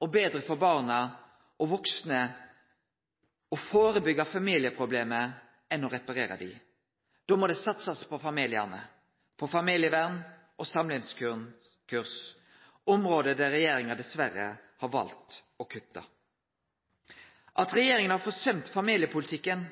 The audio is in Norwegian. og betre for barna – og dei vaksne – å førebyggje familieproblema enn å reparere dei. Då må det satsast på familiane, på familievern og samlivskurs – område der regjeringa dessverre har valt å kutte. At regjeringa har forsømt familiepolitikken,